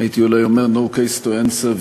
אולי הייתי אומר: no case to answer,